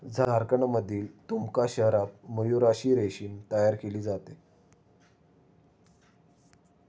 झारखंडमधील दुमका शहरात मयूराक्षी रेशीम तयार केले जाते